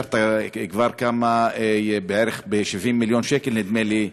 שאישרת כבר בערך 70 מיליון שקל, נדמה לי,